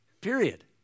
Period